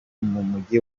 mujyi